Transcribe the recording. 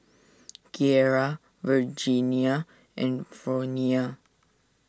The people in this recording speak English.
Kiera Virginia and Fronia